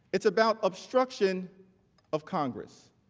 it's about obstruction of congress.